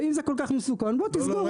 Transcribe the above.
ואם זה כל כך מסוכן בוא תסגור.